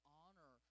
honor